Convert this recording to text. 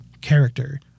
character